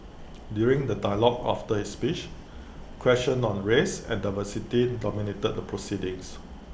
during the dialogue after his speech questions on race and diversity dominated the proceedings